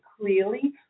clearly